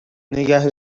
نگه